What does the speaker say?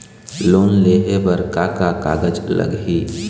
Loan लेहे बर का का कागज लगही?